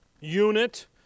unit